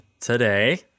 today